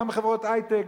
גם בחברות היי-טק,